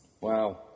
Wow